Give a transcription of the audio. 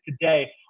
today